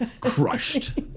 Crushed